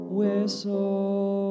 whistle